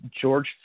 George